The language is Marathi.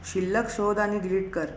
शिल्लक शोध आणि डिलीट कर